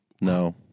No